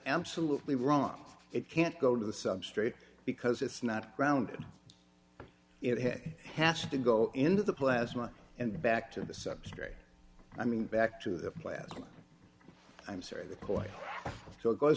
absolutely wrong it can't go to the substrate because it's not grounded it has to go into the plasma and back to the substrate i mean back to the plastic i'm sorry the point still goes